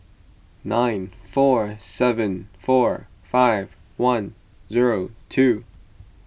nine four seven four five one zero two